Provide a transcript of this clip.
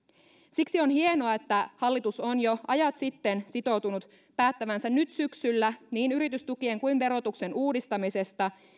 siksi on hienoa että hallitus on jo ajat sitten sitoutunut päättävänsä nyt syksyllä niin yritystukien kuin verotuksen uudistamisesta